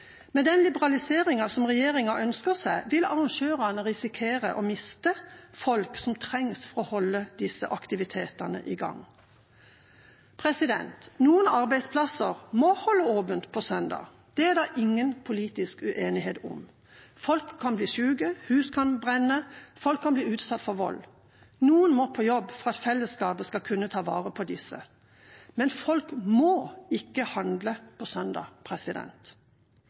Med den liberaliseringen som regjeringa ønsker seg, vil arrangørene risikere å miste folk som trengs for å holde disse aktivitetene i gang. Noen arbeidsplasser må holde åpent på søndager. Det er det ingen politisk uenighet om. Folk kan bli syke, hus kan brenne, folk kan bli utsatt for vold. Noen må på jobb for at fellesskapet skal kunne ta vare på disse, men folk må ikke handle på